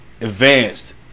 Advanced